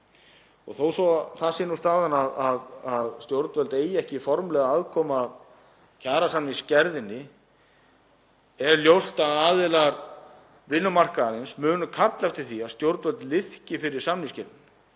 Þó svo að staðan sé sú að stjórnvöld eigi ekki formlega aðkomu að kjarasamningsgerðinni er ljóst að aðilar vinnumarkaðarins munu kalla eftir því að stjórnvöld liðki fyrir samningsgerð.